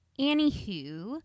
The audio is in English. Anywho